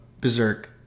Berserk